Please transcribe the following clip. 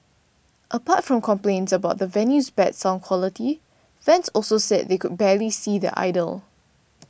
apart from complaints about the venue's bad sound quality fans also said they could barely see their idol